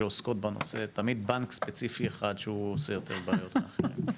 שעוסקות בנושא תמיד בנק ספציפי אחד שעושה יותר בעיות מהאחרים?